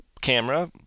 camera